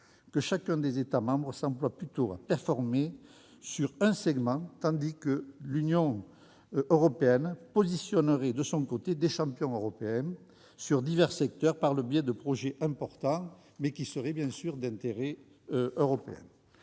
que chacun des États membres s'emploie plutôt à performer sur un segment, tandis que l'Union européenne positionnerait de son côté des champions européens sur divers secteurs par le biais des « projets importants d'intérêt européen